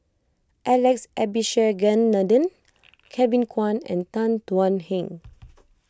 Alex Abisheganaden Kevin Kwan and Tan Thuan Heng